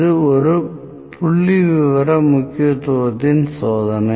இது ஒரு புள்ளிவிவர முக்கியத்துவத்தின் சோதனை